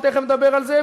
תכף נדבר על זה,